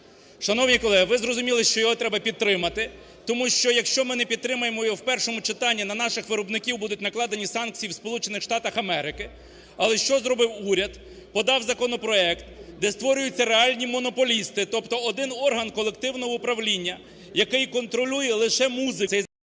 Шановні колеги! Ви зрозуміли, що його треба підтримати, тому що якщо ми не підтримаємо його в першому читанні, на наших виробників будуть накладені санкції в Сполучених Штатах Америки. Але що зробив уряд? Подав законопроект, де створюються реальні монополісти, тобто один орган колективного управління, який контролює лише музику.